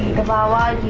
bao on